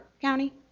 County